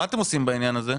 מה אתם עושים בעניין הזה?